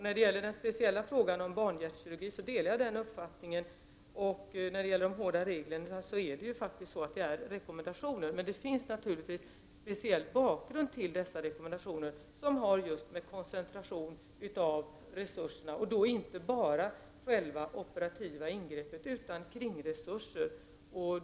När det gäller den speciella frågan om barnhjärtkirurgi delar jag den uppfattningen, och när det gäller de hårda reglerna är det faktiskt på det sättet att dessa bara är rekommendationer. Det finns naturligtvis också en speciell bakgrund till dessa rekommendationer som hänger samman med just koncentration av resurserna att göra. Det gäller inte bara det operativa ingreppet, utan det gäller också s.k. kringresurser.